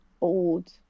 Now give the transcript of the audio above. old